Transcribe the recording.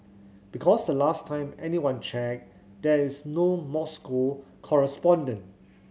because the last time anyone checked there is no Moscow correspondent